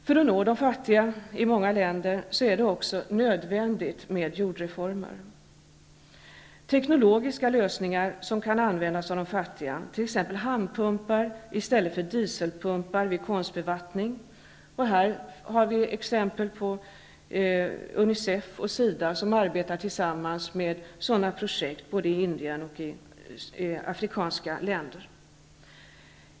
För att nå de fattiga är det i många länder också nödvändigt med jordreformer. Det kan vara tekniska lösningar som kan användas av de fattiga, t.ex. handpumpar i stället för dieselpumpar vid konstbevattning. Här finns exempel där Unicef och SIDA arbetar tillsammans med sådana projekt både i Indien och i afrikanska länder.